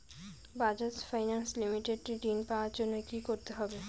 Bajaj finance limited এ ঋন পাওয়ার জন্য কি করতে হবে?